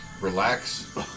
relax